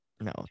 no